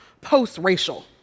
post-racial